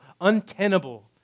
untenable